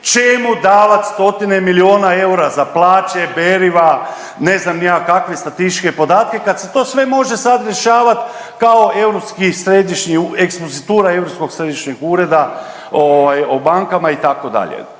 čemu davati stotine milijuna eura za plaće, beriva, ne znam ni ja kakve statističke podatke kad se to sve može sad rješavat kao europski središnji,